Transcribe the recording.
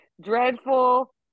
Dreadful